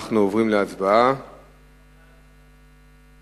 ההצעה להעביר את הצעת חוק האזנת סתר (תיקון מס'